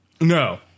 No